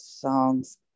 songs